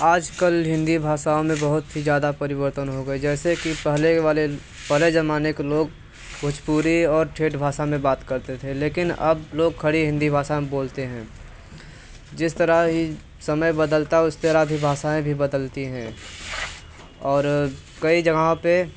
आजकल हिंदी भाषा में बहुत ही ज़्यादा परिवर्तन हो गए जैसे कि पहले वाले पहले जमाने के लोग भोजपुरी और भाषा में बात करते थे लेकिन अब लोग खड़ी हिंदी भाषा में बोलते हैं जिस तरह समय बदलता उस तरह भी भासायें भी बदलती है और कई जगह पे